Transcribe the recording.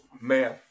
man